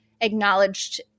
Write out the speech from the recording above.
acknowledged